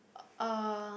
uh